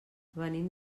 venim